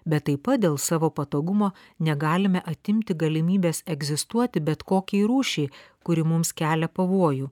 bet taip pat dėl savo patogumo negalime atimti galimybės egzistuoti bet kokiai rūšiai kuri mums kelia pavojų